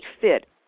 fit